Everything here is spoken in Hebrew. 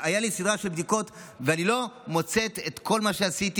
הייתה לי סדרה של בדיקות ואני לא מוצאת את כל מה שעשיתי.